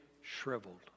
shriveled